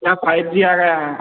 अब five G आ गया है